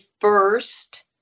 first